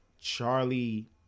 Charlie